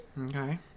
Okay